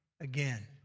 again